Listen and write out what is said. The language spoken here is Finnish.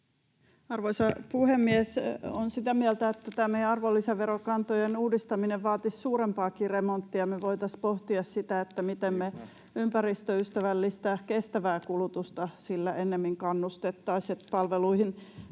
Arvoisa puhemies! Olen sitä mieltä, että tämä meidän arvonlisäverokantojen uudistaminen vaatisi suurempaakin remonttia. Me voitaisiin pohtia sitä, miten me ympäristöystävällistä ja kestävää kulutusta sillä ennemmin kannustettaisiin, että palveluihin